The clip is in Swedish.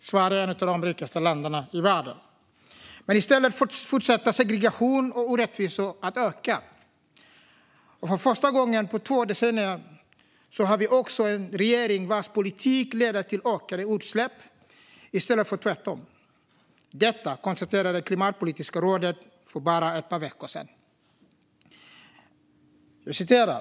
Sverige är ett av de rikaste länderna i världen. Men i stället fortsätter segregation och orättvisor att öka. För första gången på två decennier har vi också en regering vars politik leder till ökade utsläpp i stället för minskade utsläpp. Detta konstaterade Klimatpolitiska rådet för bara ett par veckor sedan.